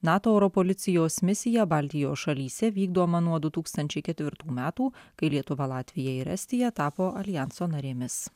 nato oro policijos misiją baltijos šalyse vykdomą nuo du tūkstančiai ketvirtų metų kai lietuva latvija ir estija tapo aljanso narėmis